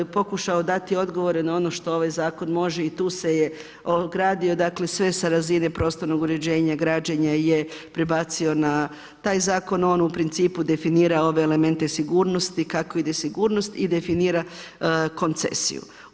On je pokušao dati odgovore na ono što ovaj zakon može i tu se je ogradio, dakle sve sa razine prostornog uređenja, građenja je prebacio na taj zakon, on u principu definira ove elemente sigurnosti kako ide sigurnost i definira koncesiju.